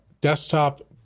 desktop